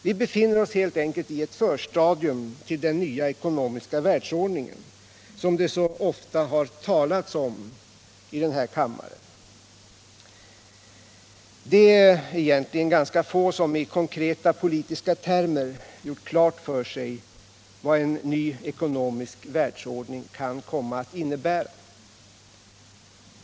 Vi befinner oss helt enkelt i ett förstadium till den nya ekonomiska världsordning som det så ofta talats om i den här kammaren. Det är egentligen ganska få som i konkreta politiska termer gjort klart för sig vad en ny ekonomisk världsordning kan komma att innebära.